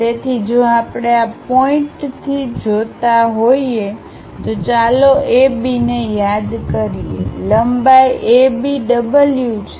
તેથી જો આપણે આ પોઇન્ટ થી જોતા હોઈએ તો ચાલો AB ને યાદ કરીએ લંબાઈ AB W છે